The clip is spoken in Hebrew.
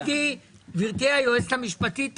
גבירתי היועצת המשפטית,